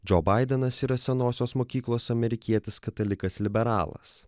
džo baidenas yra senosios mokyklos amerikietis katalikas liberalas